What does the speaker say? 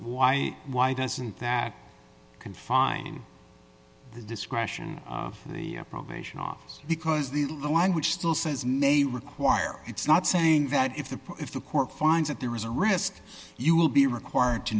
why why doesn't that confine the discretion of the probation officer because the language still says may require it's not saying that if the if the court finds that there is a risk you will be required to